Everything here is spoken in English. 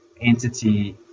entity